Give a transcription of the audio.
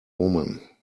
woman